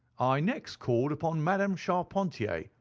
i next called upon madame charpentier,